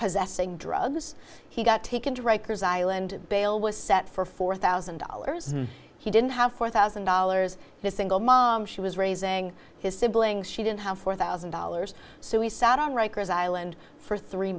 possessing drugs he got taken to records island bail was set for four thousand dollars he didn't have four thousand dollars this ingle mom she was raising his siblings she didn't have four thousand dollars so he sat on rikers island for three